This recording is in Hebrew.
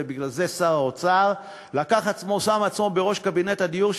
ולכן שר האוצר שם עצמו בראש קבינט הדיור,